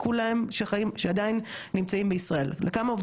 לכמה עובדים זה קרה שבאמת בפועל היה ניכוי,